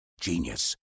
Genius